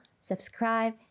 subscribe